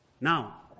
Now